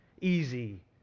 Easy